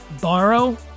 borrow